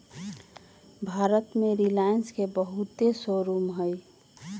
भारत में रिलाएंस के बहुते शोरूम हई